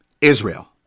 Israel